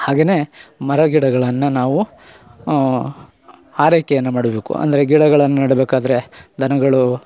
ಹಾಗೇ ಮರಗಿಡಗಳನ್ನು ನಾವು ಆರೈಕೆಯನ್ನು ಮಾಡಬೇಕು ಅಂದರೆ ಗಿಡಗಳನ್ನು ನೆಡ್ಬೇಕಾದ್ರೆ ದನಗಳು